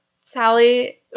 Sally